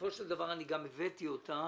בסופו של דבר גם אני הבאתי אותה,